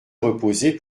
reposer